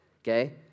Okay